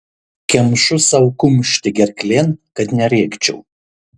kemšu sau kumštį gerklėn kad nerėkčiau